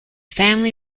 family